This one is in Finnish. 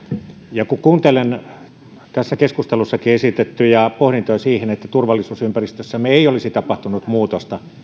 ja kun kuuntelen tässäkin keskustelussa esitettyjä pohdintoja että turvallisuusympäristössämme ei olisi tapahtunut muutosta